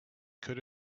could